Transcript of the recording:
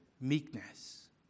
meekness